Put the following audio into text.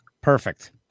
Perfect